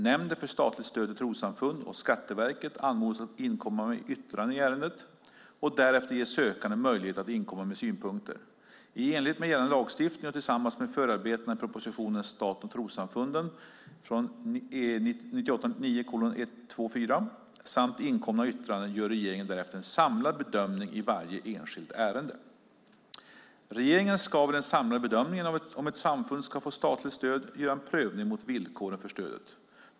Nämnden för statligt stöd till trossamfund och Skatteverket anmodas att inkomma med yttranden i ärendet. Därefter ges sökanden möjlighet att inkomma med synpunkter. I enlighet med gällande lagstiftning och tillsammans med förarbetena i propositionen Staten och trossamfunden samt inkomna yttranden gör regeringen därefter en samlad bedömning i varje enskilt ärende. Regeringen ska vid den samlade bedömningen av om ett samfund ska få statligt stöd göra en prövning mot villkoren för stödet.